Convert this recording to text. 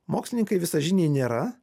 mokslininkai visažiniai nėra